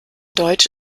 deutsch